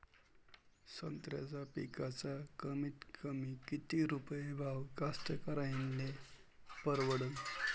संत्र्याचा पिकाचा कमीतकमी किती रुपये भाव कास्तकाराइले परवडन?